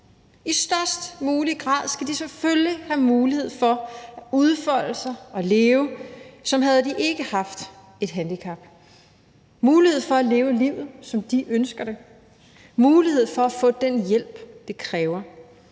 I størst mulig grad skal de selvfølgelig have mulighed for at udfolde sig og leve, som havde de ikke haft et handicap – mulighed for at leve livet, som de ønsker det, og mulighed for at få den hjælp, det kræver.